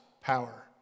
power